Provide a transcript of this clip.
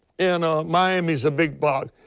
and a miami is a big bug.